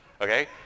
okay